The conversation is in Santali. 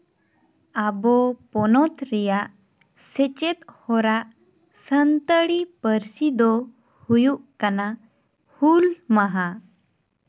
ᱟᱵᱚ ᱯᱚᱱᱚᱛ ᱨᱮᱭᱟᱜ ᱥᱮᱪᱮᱫ ᱦᱚᱨᱟ ᱥᱟᱱᱛᱟᱲᱤ ᱯᱟᱹᱨᱥᱤ ᱫᱚ ᱦᱩᱭᱩᱜ ᱠᱟᱱᱟ ᱦᱩᱞ ᱢᱟᱦᱟ